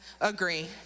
agree